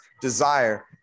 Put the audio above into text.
desire